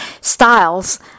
styles